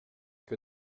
que